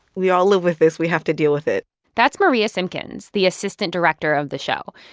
we all live with this. we have to deal with it that's maria simpkins, the assistant director of the show.